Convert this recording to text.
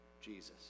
Jesus